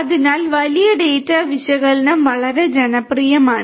അതിനാൽ വലിയ ഡാറ്റ വിശകലനം വളരെ ജനപ്രിയമാണ്